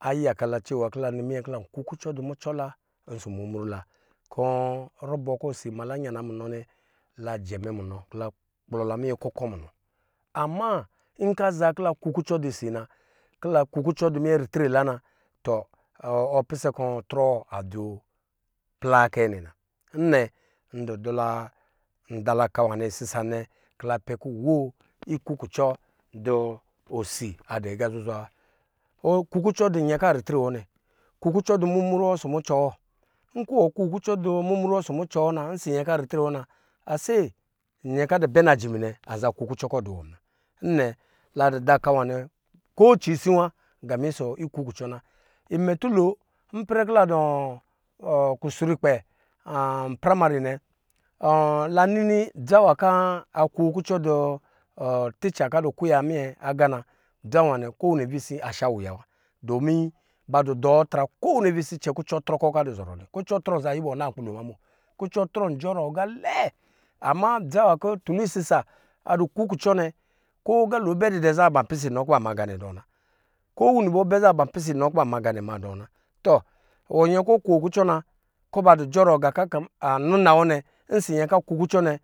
a yaka la cɛ wa kɔ ila nɔ minyɛ kɔ lan ku kucɔ la du mucɔ la ɔsɔ mumru la kɔ rubɔ kɔ osi ama la yana munɔ nɛ kɔ la jɛm ɛ munɔ kɔ la kplɔ la minyɛ kukɔ munɔ ama nkɔ aza kɔ la ku ku cɔ du osi na kɔ la kukucɔ du minyɛ ritre la na tɔ ɔpisɛ kɔ trɔw, aso plaa wa kɛnɛ na nnɛ ndu dala ka nwanɛ kɔ ka oɛ kɔ nwɛo ikukucɔ du osi adu aga zuzwa wa ɔkukuc dunyɛ kɔn adu ritre wɔ nɛ akuku lɔ du mumru wɔ ɔsɔ mucɔ wɔ nkɔ wɔ kuuku cɔ du mumru wɔ ɔsɔ mucɔ wɔ nkɔ wɔ kuuku cɔ du mumru wɔ ɔsɔ mucɔ wɔ na ɔsɔ myɛn kɔ adu ritre wɔ na ase nyɛ kɔ adu bɛ najimi wɔ nɛ anza kuku cɔ kɔ duwɔ muna nnɛ la du daka wanɛ kocisi wa game ɔsɔ ikukucɔ na tulo ipɛrɛ kɔ la dukusrukpɛ primary nɛ na nini dza nwa kɔ akuu kukɔ dɔɔ bica kɔ adɔ kuya munyɛ aya na, dza nwa nɛ kowɛ ni avisi ashwiya wa domi ba du dɔ atra kowini avisi cɛku cɔ trɔ kɔ kɔ adu zɔrɔ nɛ, kucɔ trɔ za yuwɔɔ na nkpi lo ma mo kucɔtrɔ an sɔ ɔɔ aga lɛɛ ama dza nwa kɔ tuni sisa adu kuku cɔ nɛ ko agalo bɛ didɛ za ban pisɛ inɔ kɔ ba ma dɔɔ na ko wini ibɔ bɛ za ban pisɛ inɔ wa zaakɔ ban ngane ba ma dɔɔ nba tɔ iwɔ nyɛ kɔ ɔkun ku cɔ na ban jɔɔrɔ ngan kɔ adu nna wɔ nɛ